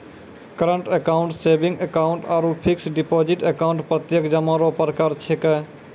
current account saving account आरु fix deposit account प्रत्यक्ष जमा रो प्रकार छिकै